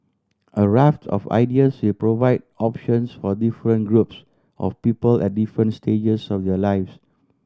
a raft of ideas will provide options for different groups of people at different stages of their lives